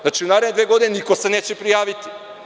Znači, u naredne dve godine niko se neće prijaviti.